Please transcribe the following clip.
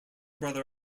brother